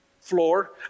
floor